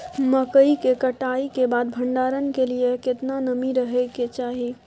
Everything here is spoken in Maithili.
मकई के कटाई के बाद भंडारन के लिए केतना नमी रहै के चाही?